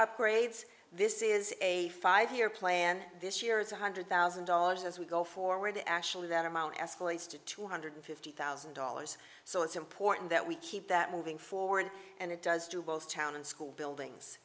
upgrades this is a five year plan this year is one hundred thousand dollars as we go forward actually that amount escalates to two hundred fifty thousand dollars so it's important that we keep that moving forward and it does do both town and school buildings